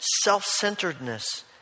self-centeredness